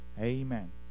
amen